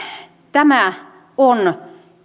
tämä on